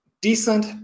decent